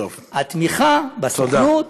התמיכה בסוכנות,